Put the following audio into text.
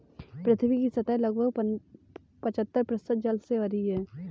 पृथ्वी की सतह लगभग पचहत्तर प्रतिशत जल से भरी है